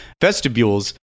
vestibules